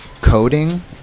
coding